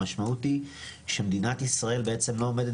המשמעות היא שמדינת ישראל בעצם לא עומדת